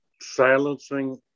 silencing